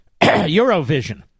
Eurovision